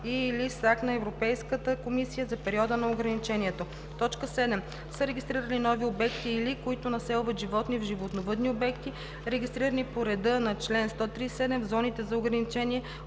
и/или с акт на Европейската комисия – за периода на ограничението. 7. са регистрирали нови обекти или които населват животни в животновъдни обекти, регистрирани по реда на чл. 137 в зоните за ограничение,